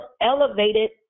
elevated